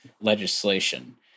legislation